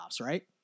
right